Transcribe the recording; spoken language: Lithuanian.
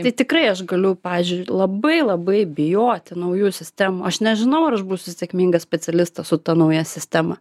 tai tikrai aš galiu pavyzdžiui labai labai bijoti naujų sistemų aš nežinau ar aš būsiu sėkmingas specialistas su ta nauja sistema